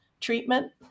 treatment